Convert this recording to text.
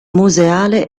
museale